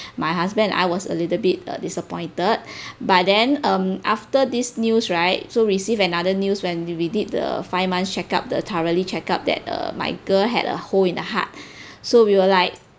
my husband and I was a little bit uh disappointed but then um after this news right so receive another news when we did the five months check up the thoroughly check up that err my girl had a hole in the heart so we were like